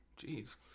Jeez